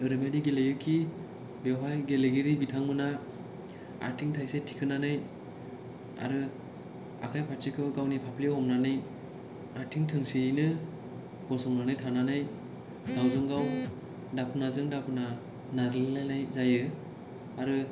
ओरैबायदि गेलेयोखि बेवहाय गेलेगिरि बिथांमोनहा आथिं थायसे थिखोनानै आरो आखाय फारसेखौ गावनि फाफ्लियाव हमनानै आथिं थोंसेयैनो गसंनानै थानानै गावजोंगाव दाफोनाजों दाफोना नारलायलायनाय जायो आरो